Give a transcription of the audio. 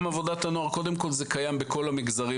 עולם עבודת הנוער קיים בכל המגזרים